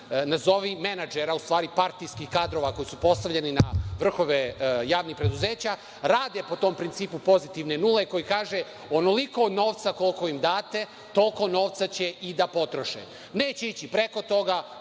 nazovi menadžera, u stvari partijskih kadrova, koji su postavljeni na vrhove javnih preduzeća, rade po tom principu pozitivne nule, koji kaže – onoliko novca koliko im date, toliko novca će i da potroše. Neće ići preko toga,